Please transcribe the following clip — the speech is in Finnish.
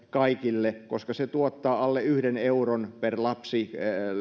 kaikille koska se tuottaa alle yhden euron